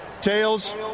Tails